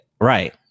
Right